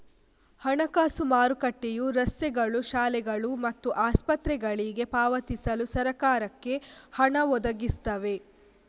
ಹಣಕಾಸು ಮಾರುಕಟ್ಟೆಯು ರಸ್ತೆಗಳು, ಶಾಲೆಗಳು ಮತ್ತು ಆಸ್ಪತ್ರೆಗಳಿಗೆ ಪಾವತಿಸಲು ಸರಕಾರಕ್ಕೆ ಹಣ ಒದಗಿಸ್ತವೆ